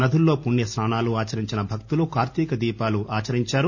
నదుల్లో పుణ్య స్సానాలు ఆచరించిన భక్తులు కార్తీక దీపాలు ఆచరించారు